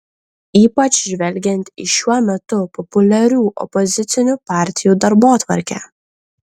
ypač žvelgiant į šiuo metu populiarių opozicinių partijų darbotvarkę